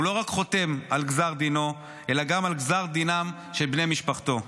הוא לא רק חותם על גזר דינו אלא גם על גזר דינם של בני משפחתו.